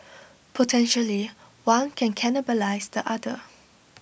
potentially one can cannibalise the other